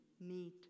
need